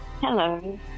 Hello